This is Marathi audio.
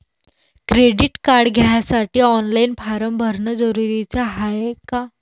क्रेडिट कार्ड घ्यासाठी ऑनलाईन फारम भरन जरुरीच हाय का?